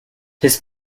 his